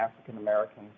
African-Americans